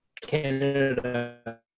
Canada